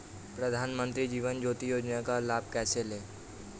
प्रधानमंत्री जीवन ज्योति योजना का लाभ कैसे लें?